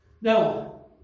Now